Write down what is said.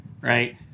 right